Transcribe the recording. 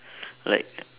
like